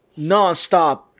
nonstop